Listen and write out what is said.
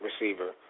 receiver